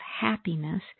happiness